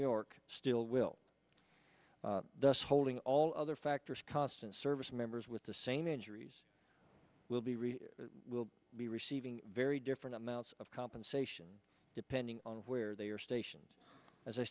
york still will thus holding all other factors constant service members with the same injuries will be re will be receiving very different amounts of compensation depending on where they are stations as i